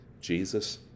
Jesus